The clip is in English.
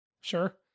sure